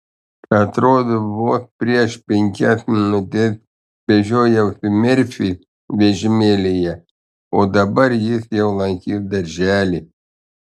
atrodo vos prieš penkias minutes vežiojausi merfį vežimėlyje o dabar jis jau lankys darželį